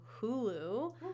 hulu